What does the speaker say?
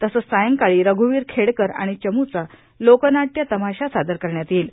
तसंच सायंकाळी रघ्वीर खेडकर आणि चम्चा लोकनाट्य तमाशा सादर करण्यात येईल